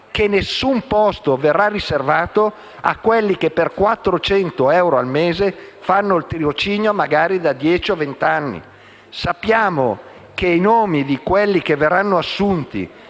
che nessun posto verrà riservato a quelli che per 400 euro al mese fanno il tirocinio da dieci o vent'anni. Sappiamo che i nomi di quelli che verranno assunti